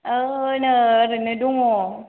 औ नै ओरैनो दङ